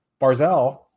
Barzell